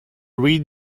read